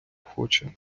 хоче